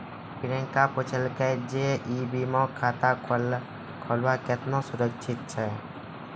प्रियंका पुछलकै जे ई बीमा खाता खोलना केतना सुरक्षित छै?